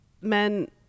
men